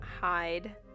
hide